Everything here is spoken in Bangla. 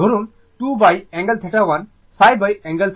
ধরুন 2অ্যাঙ্গেল 15অ্যাঙ্গেল 2